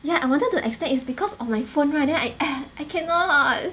yeah I wanted to extend is because of my phone right then I ah I cannot